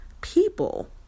people